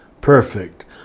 perfect